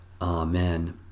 Amen